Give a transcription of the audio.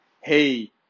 hey